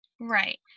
right